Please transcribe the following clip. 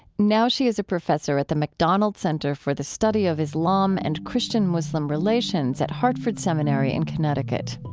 now, she's a professor at the macdonald center for the study of islam and christian-muslim relations at hartford seminary in connecticut